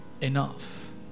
enough